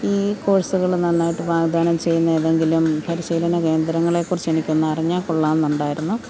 ഈ കോഴ്സുകൾ നന്നായിട്ട് വാഗ്ദാനം ചെയ്യുന്ന ഏതെങ്കിലും പരിശീലന കേന്ദ്രങ്ങളെക്കുറിച്ച് എനിക്കൊന്ന് അറിഞ്ഞാൽ കൊള്ളാമെന്നുണ്ടായിരുന്നു